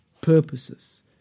purposes